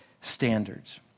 standards